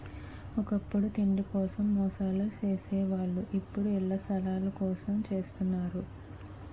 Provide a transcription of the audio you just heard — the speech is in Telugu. ఒకప్పుడు తిండి కోసం మోసాలు సేసే వాళ్ళు ఇప్పుడు యిలాసాల కోసం జెత్తన్నారు